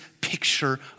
picture